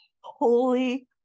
holy